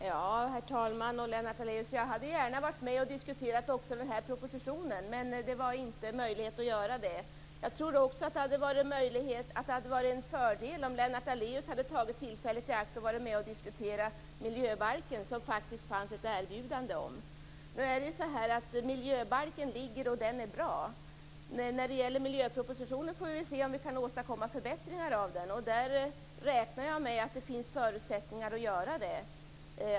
Herr talman och Lennart Daléus! Jag hade gärna varit med och diskuterat också den här propositionen, men det var inte möjligt att göra det. Jag tror att det hade varit en fördel om Lennart Daléus hade tagit tillfället i akt att diskutera miljöbalken, som det faktiskt fanns ett erbjudande om. Nu föreligger miljöbalken, och den är bra. Men vi får väl se om vi kan åstadkomma förbättringar av miljöpropositionen, och det räknar jag med att det finns förutsättningar att göra.